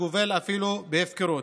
שגובל אפילו בהפקרות.